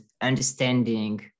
understanding